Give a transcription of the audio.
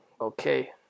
okay